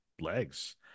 legs